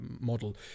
model